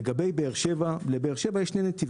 מי אמר לך שזה חמש שעות?